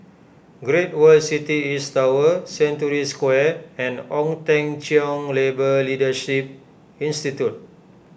Great World City East Tower Century Square and Ong Teng Cheong Labour Leadership Institute